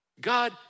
God